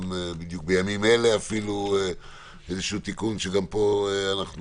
גם בימים אלה יש תיקון שגם פה אנחנו